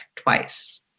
twice